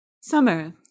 Summer